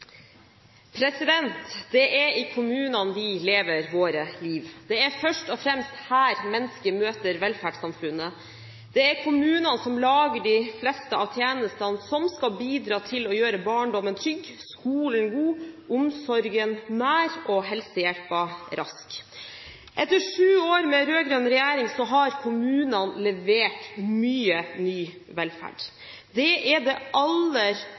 først og fremst her mennesker møter velferdssamfunnet. Det er kommunene som lager de fleste av tjenestene som skal bidra til å gjøre barndommen trygg, skolen god, omsorgen nær og helsehjelpen rask. Etter sju år med rød-grønn regjering har kommunene levert mye ny velferd. Det er det aller